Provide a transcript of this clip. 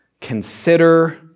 consider